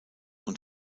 und